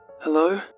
Hello